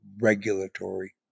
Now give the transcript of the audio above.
regulatory